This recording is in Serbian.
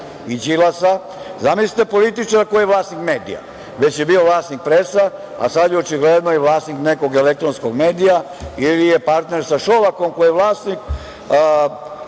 i Đilasa? Zamislite političara koji je vlasnik medija, već je bio vlasnik „Presa“ a, sada je očigledno i vlasnik nekog elektronskog medija ili je partner sa Šolakom koji je vlasnik